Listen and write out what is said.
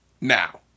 now